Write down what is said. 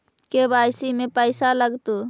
KYC में पैसा लगतै?